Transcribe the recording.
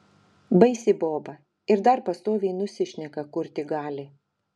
baisi boba ir dar pastoviai nusišneka kur tik gali